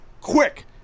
Quick